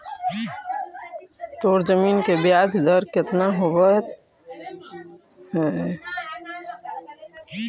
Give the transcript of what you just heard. तोर जमीन के ब्याज दर केतना होतवऽ?